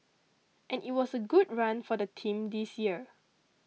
and it was a good run for the team this year